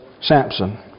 Samson